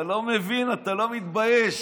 אתה לא מבין ואתה לא מתבייש.